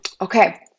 Okay